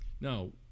Now